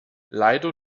leider